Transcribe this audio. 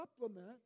supplement